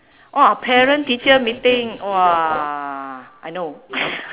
oh parent teacher meeting !wah! I know